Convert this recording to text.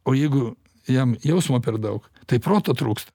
o jeigu jam jausmo per daug tai proto trūksta